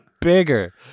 bigger